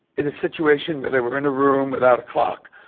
in a situation where they were in a room without a clock.